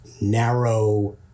narrow